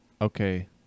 okay